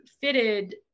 fitted